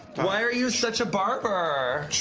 why are you such a barber?